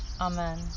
Amen